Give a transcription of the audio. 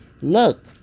Look